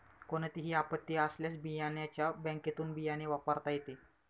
कोणतीही आपत्ती आल्यास बियाण्याच्या बँकेतुन बियाणे वापरता येते